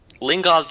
Lingard